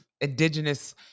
indigenous